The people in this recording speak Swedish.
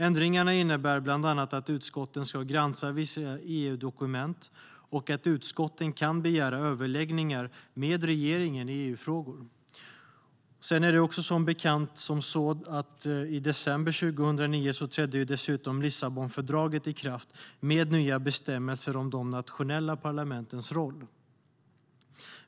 Ändringarna innebär bland annat att utskotten ska granska vissa EU-dokument och att utskotten kan begära överläggningar med regeringen i EU-frågor. I december 2009 trädde som bekant dessutom Lissabonfördraget i kraft med nya bestämmelser om de nationella parlamentens roll.